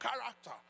character